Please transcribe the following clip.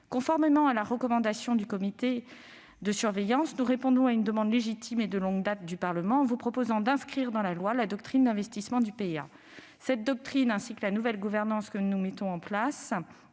Conformément à la recommandation du comité de surveillance, nous répondons à une demande légitime formulée de longue date par le Parlement en vous proposant d'inscrire dans la loi la doctrine d'investissement du PIA. Cette doctrine, ainsi que la nouvelle gouvernance que nous mettons en place